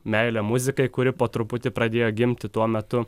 meilę muzikai kuri po truputį pradėjo gimti tuo metu